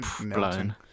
blown